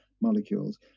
molecules